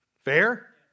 Fair